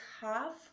half